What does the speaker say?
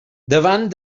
davant